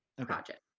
project